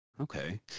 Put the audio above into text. Okay